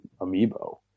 Amiibo